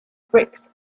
bricks